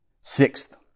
Sixth